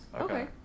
Okay